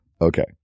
Okay